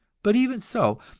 but even so,